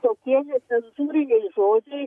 tokie necenzūriniai žodžiai